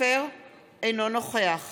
אינו נוכח